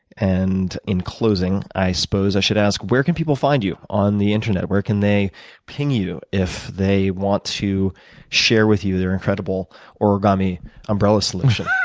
and in closing, i suppose i should ask, where can people find you on the internet? where can they ping you if they want to share with you their incredible origami umbrella solution?